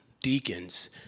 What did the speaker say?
deacons